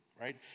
right